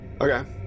Okay